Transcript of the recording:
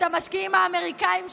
את המשקיעים האמריקאים שלך,